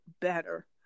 better